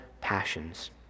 passions